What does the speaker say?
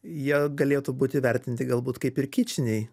jie galėtų būti įvertinti galbūt kaip ir kičiniai